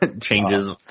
changes